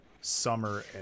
Summer